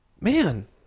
man